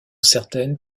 certaines